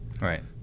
Right